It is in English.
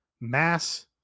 mass